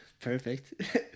Perfect